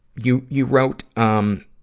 you, you wrote, um,